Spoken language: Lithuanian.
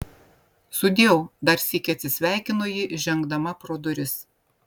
sudieu dar sykį atsisveikino ji žengdama pro duris